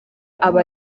aba